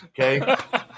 okay